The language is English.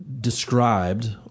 described